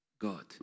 God